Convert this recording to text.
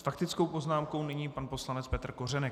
S faktickou poznámkou nyní pan poslanec Petr Kořenek.